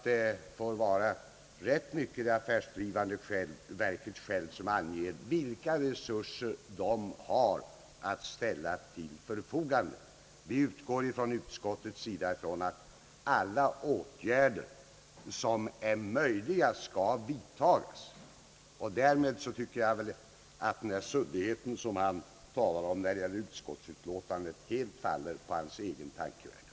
Det affärsdrivande verket måste självt få ange vilka resurser det har att ställa till förfogande. Vi utgår från utskottets sida från att alla åtgärder som är möjliga skall vidtagas. Därmed tycker jag att den suddighet som herr Ahlmark talade om när det gäller utskottsutlåtandet helt faller på hans egen tankevärld.